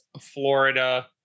Florida